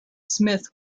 smith